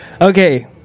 Okay